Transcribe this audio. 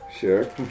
Sure